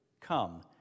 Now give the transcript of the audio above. Come